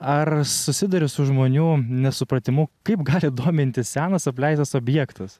ar susiduri su žmonių nesupratimu kaip gali dominti senas apleistas objektas